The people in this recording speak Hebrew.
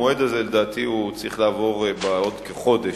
המועד הזה, לדעתי, צריך לעבור בעוד כחודש.